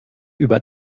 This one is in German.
über